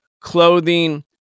clothing